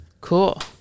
Cool